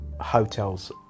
hotels